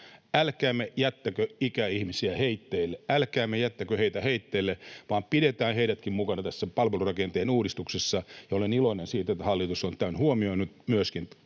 älkäämme jättäkö heitä heitteille, vaan pidetään heidätkin mukana tässä palvelurakenteen uudistuksessa, ja olen iloinen siitä, että hallitus on myöskin